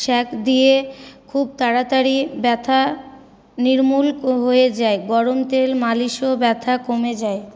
সেঁক দিয়ে খুব তাড়াতাড়ি ব্যথা নির্মূল ক হয়ে যায় গরম তেল মালিশেও ব্যথা কমে যায়